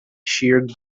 sheared